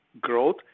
growth